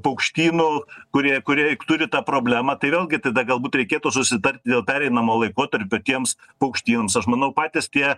paukštynų kurie kurie turi tą problemą tai vėlgi tada galbūt reikėtų susitarti dėl pereinamojo laikotarpio tiems paukštynams aš manau patys tie